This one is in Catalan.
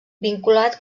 vinculat